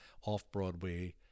off-Broadway